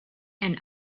and